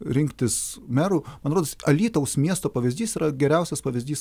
rinktis merų man rodos alytaus miesto pavyzdys yra geriausias pavyzdys